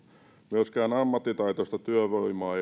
myöskään ammattitaitoista työvoimaa